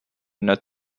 not